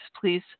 please